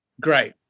Great